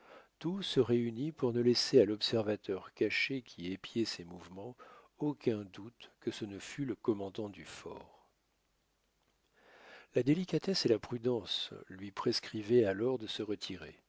tout se réunit pour ne laisser à l'observateur caché qui épiait ses mouvements aucun doute que ce ne fût le commandant du fort la délicatesse et la prudence lui prescrivaient alors de se retirer